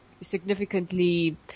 significantly